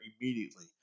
immediately